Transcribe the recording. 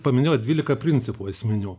paminėjot dvylika principų esminių